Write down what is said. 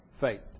faith